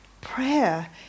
prayer